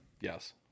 yes